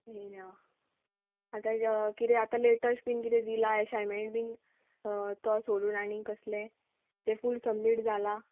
ना किदें आतां लेटस्ट बीन किदें दिलां एशायनमेंट बीन तो सोडून आनी कसलें तें फूल सबमीट जालां